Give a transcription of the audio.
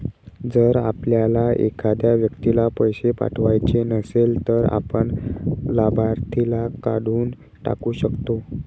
जर आपल्याला एखाद्या व्यक्तीला पैसे पाठवायचे नसेल, तर आपण लाभार्थीला काढून टाकू शकतो